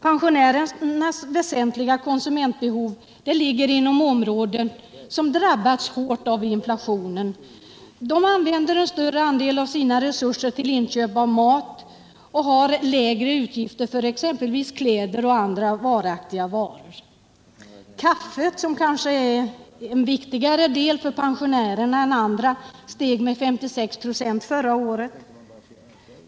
Pensionärernas väsentliga konsumtionsbehov ligger inom områden som drabbas hårt av inflationen. De använder en större andel av sina resurser till inköp av mat och har lägre utgifter för exempelvis kläder och andra varaktiga varor än andra grupper har. Kaffet, som kanske är en viktigare vara för pensionärerna än för andra, steg med 56 96 förra året.